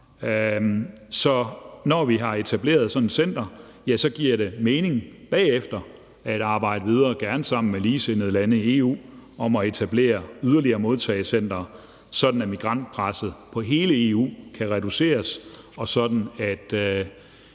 Når vi har etableret sådan et center, giver det mening bagefter at arbejde videre, gerne sammen med ligesindede lande i EU, på at etablere yderligere modtagecentre, sådan at migrantpresset på hele EU kan reduceres, og sådan at